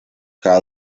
cada